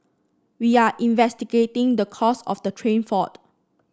we are investigating the cause of the train fault